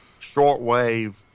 shortwave